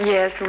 Yes